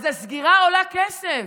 אז הסגירה עולה כסף.